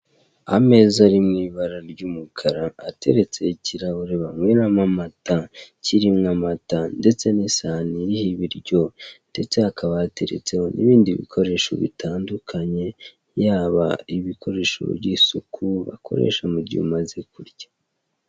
Ameza ari mu ibara ry'umukara ateretseho ikirahure banyweramo amata, kirimo amata ndetse n'isahani iriho ibiryo ndetse hakaba hateretseho n'ibindi bikoresho bitandukanye, yaba ibikoresho by'isuku bakoresha mu gihe umaze kurya.